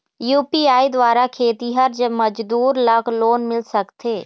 UPI द्वारा खेतीहर मजदूर ला लोन मिल सकथे?